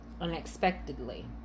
unexpectedly